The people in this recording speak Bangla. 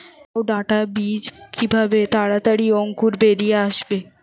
লাউ ডাটা বীজ কিভাবে তাড়াতাড়ি অঙ্কুর বেরিয়ে আসবে?